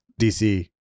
DC